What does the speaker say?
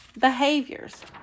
behaviors